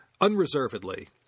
unreservedly